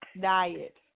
diet